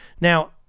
Now